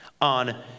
on